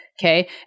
okay